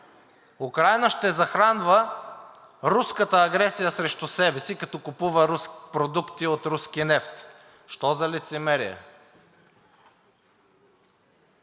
Украйна ще захранва руската агресия срещу себе си, като купува продукти от руски нефт! Що за лицемерие?!